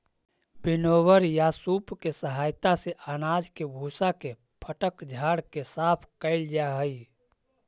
winnower या सूप के सहायता से अनाज के भूसा के फटक झाड़ के साफ कैल जा हई